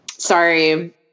sorry